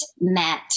met